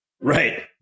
Right